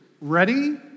ready